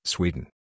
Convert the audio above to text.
Sweden